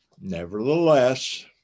Nevertheless